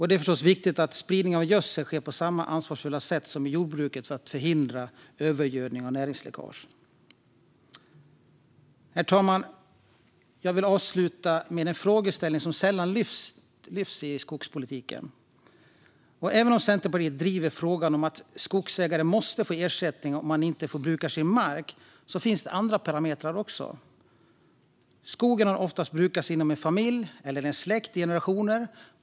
Det är förstås viktigt att spridning av gödsel sker på samma ansvarsfulla sätt som i jordbruket för att hindra övergödning och näringsläckage. Herr talman! Jag vill avsluta med en frågeställning som sällan lyfts i skogspolitiken. Även om Centerpartiet driver frågan att skogsägare måste få ersättning om de inte får bruka sin mark finns det också andra parametrar. Skogen har oftast brukats inom en familj eller en släkt i generationer.